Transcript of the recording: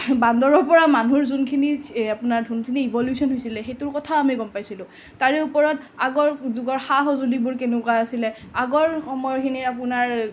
বান্দৰৰ পৰা মানুহ যোনখিনি আপোনাৰ যোনখিনি ইভলিউচন হৈছিলে সেইটোৰ কথাও আমি গম পাইছিলোঁ তাৰে ওপৰত আগৰ যুগৰ সা সজুলিবোৰ কেনেকুৱা আছিলে আগৰ সময়খিনিৰ আপোনাৰ